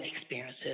experiences